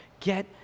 Get